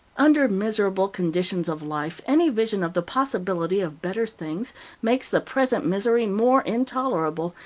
under miserable conditions of life, any vision of the possibility of better things makes the present misery more intolerable,